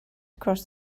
across